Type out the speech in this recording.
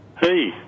Hey